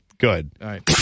Good